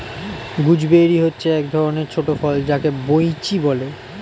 gooseberry হচ্ছে এক ধরণের ছোট ফল যাকে বৈঁচি বলে